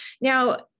Now